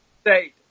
State